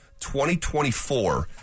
2024